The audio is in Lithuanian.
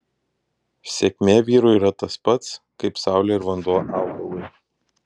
sėkmė vyrui yra tas pats kaip saulė ir vanduo augalui